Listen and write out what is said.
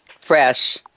fresh